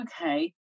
Okay